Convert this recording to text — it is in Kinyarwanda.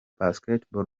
basketball